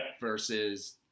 versus